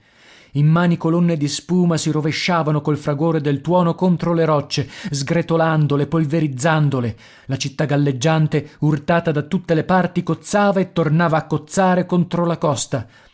spaventevole immani colonne di spuma si rovesciavano col fragore del tuono contro le rocce sgretolandole polverizzandole la città galleggiante urtata da tutte le parti cozzava e tornava a cozzare contro la costa